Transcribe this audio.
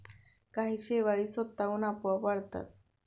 काही शेवाळी स्वतःहून आपोआप वाढतात